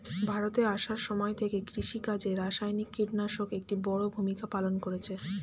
ভারতে আসার সময় থেকে কৃষিকাজে রাসায়নিক কিটনাশক একটি বড়ো ভূমিকা পালন করেছে